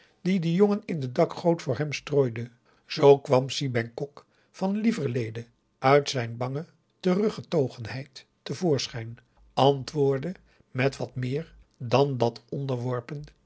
die de jongen in de dakgoot voor hem strooide zoo kwam si bengkok van lieverlede uit zijn bange terug getogenheid te voorschijn antwoordde met wat meer dan dat